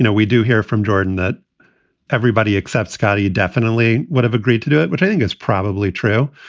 you know we do hear from jordan that everybody except scotty, you definitely would have agreed to do it, which i think is probably true.